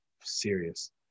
serious